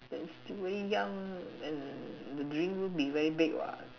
then still young the dream be very big what